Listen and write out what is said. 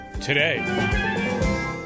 today